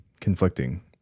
conflicting